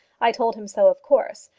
i told him so, of course.